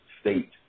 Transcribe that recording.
state